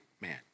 man